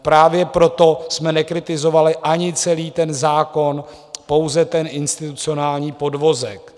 Právě proto jsme nekritizovali ani celý ten zákon, pouze ten institucionální podvozek.